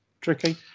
Tricky